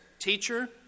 Teacher